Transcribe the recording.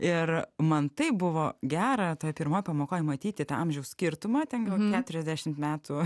ir man taip buvo gera toj pirmoj pamokoj matyti tą amžiaus skirtumą ten gal keturiasdešim metų